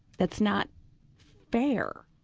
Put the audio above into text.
that's not fair,